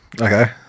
Okay